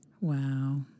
Wow